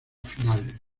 final